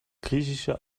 griechische